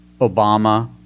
Obama